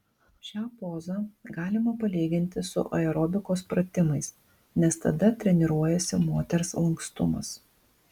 šią pozą galima palyginti su aerobikos pratimais nes tada treniruojasi moters lankstumas